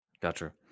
gotcha